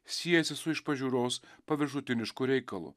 siejasi su iš pažiūros paviršutinišku reikalu